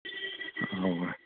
اَوا